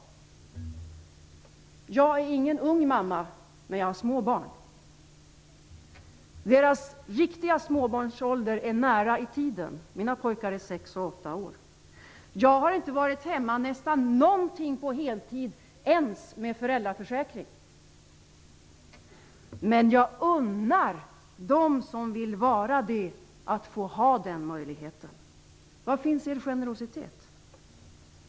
Jag är ingen ung mamma, men jag har små barn. Deras riktiga småbarnsålder är nära i tiden. Mina pojkar är sex och åtta år. Jag har inte varit hemma nästan någonting på heltid, inte ens med föräldraförsäkring. Men jag unnar dem som vill vara det att få ha den möjligheten. Var finns er generositet?